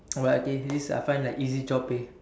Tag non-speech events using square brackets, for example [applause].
[noise] oh okay this I find that easy job pay